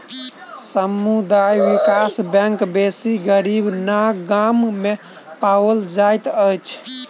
समुदाय विकास बैंक बेसी गरीब गाम में पाओल जाइत अछि